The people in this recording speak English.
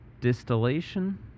distillation